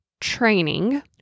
training